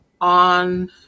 on